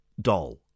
doll